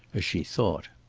as she thought.